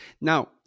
Now